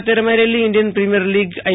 ખાતે રમાઈ રહેલી ઈન્ડિયન પ્રીમિયર લીગ આઇ